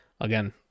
Again